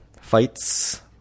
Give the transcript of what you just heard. fights